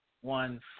one